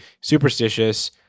superstitious